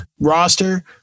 roster